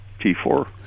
T4